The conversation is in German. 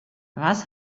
was